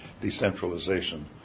decentralization